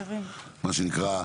מה שנקרא,